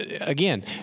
again